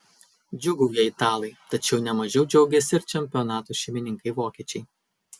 džiūgauja italai tačiau ne mažiau džiaugiasi ir čempionato šeimininkai vokiečiai